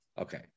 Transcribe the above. Okay